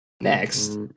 next